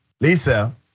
Lisa